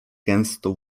gęstą